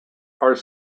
are